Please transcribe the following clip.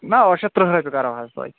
نہ ٲٹھ شیتھ ترہ روپیہِ کرو حظ تۄہہِ